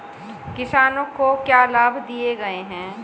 किसानों को क्या लाभ दिए गए हैं?